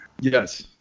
Yes